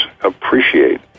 appreciate